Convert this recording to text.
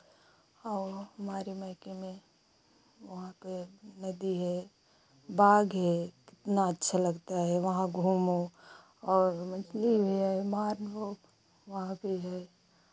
और हमारे मायके में वहां पे नदी है बाग़ है कितना अच्छा लगता है वहां घूमो और मन्दिर भी है वो वहां पे है